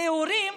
טהורים,